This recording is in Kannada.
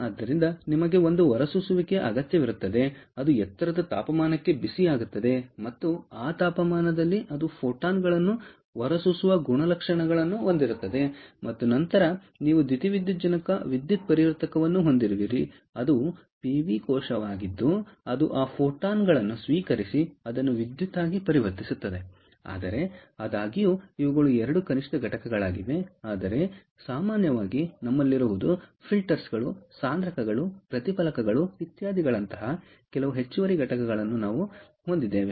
ಆದ್ದರಿಂದ ನಿಮಗೆ ಒಂದು ಹೊರಸೂಸುವಿಕೆಯ ಅಗತ್ಯವಿರುತ್ತದೆ ಅದು ಎತ್ತರದ ತಾಪಮಾನಕ್ಕೆ ಬಿಸಿಯಾಗುತ್ತದೆ ಮತ್ತು ಆ ತಾಪಮಾನದಲ್ಲಿ ಅದು ಫೋಟಾನ್ಗಳನ್ನು ಹೊರಸೂಸುವ ಗುಣಲಕ್ಷಣಗಳನ್ನು ಹೊಂದಿರುತ್ತದೆ ಮತ್ತು ನಂತರ ನೀವು ದ್ಯುತಿವಿದ್ಯುಜ್ಜನಕ ವಿದ್ಯುತ್ ಪರಿವರ್ತಕವನ್ನು ಹೊಂದಿರುವಿರಿ ಅದು ಪಿವಿ ಕೋಶವಾಗಿದ್ದು ಅದು ಆ ಫೋಟಾನ್ ಗಳನ್ನು ಸ್ವೀಕರಿಸಿ ಅದನ್ನು ವಿದ್ಯುತ್ ಆಗಿ ಪರಿವರ್ತಿಸುತ್ತದೆ ಆದರೆ ಆದಾಗ್ಯೂ ಇವುಗಳು 2 ಕನಿಷ್ಠ ಘಟಕಗಳಾಗಿವೆ ಆದರೆ ಸಾಮಾನ್ಯವಾಗಿ ನಮ್ಮಲ್ಲಿರುವುದು ಫಿಲ್ಟರ್ಗಳು ಸಾಂದ್ರಕಗಳು ಪ್ರತಿಫಲಕಗಳು ಇತ್ಯಾದಿಗಳಂತಹ ಕೆಲವು ಹೆಚ್ಚುವರಿ ಘಟಕಗಳನ್ನು ನಾವು ಹೊಂದಿದ್ದೇವೆ